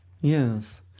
Yes